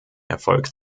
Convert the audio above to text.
erfolgt